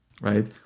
right